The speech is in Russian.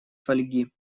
фольги